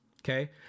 Okay